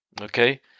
Okay